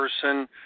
person